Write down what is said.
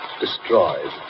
destroyed